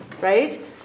right